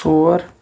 ژور